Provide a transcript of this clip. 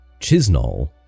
Chisnall